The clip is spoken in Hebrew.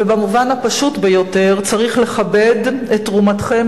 ובמובן הפשוט ביותר צריך לכבד את תרומתכם